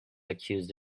accused